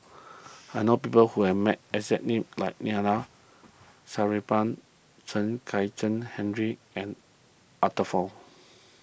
I know people who have exact name as Neila Chen Kezhan Henri and Arthur Fong